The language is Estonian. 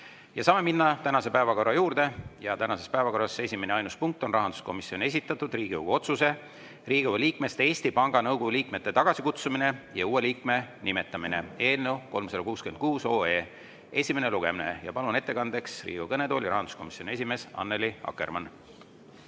Saame minna tänase päevakorra juurde. Tänase päevakorra esimene ja ainus punkt on rahanduskomisjoni esitatud Riigikogu otsuse "Riigikogu liikmest Eesti Panga Nõukogu liikme tagasikutsumine ja uue liikme nimetamine" eelnõu 366 esimene lugemine. Ma palun ettekandeks Riigikogu kõnetooli rahanduskomisjoni esimehe Annely Akkermanni!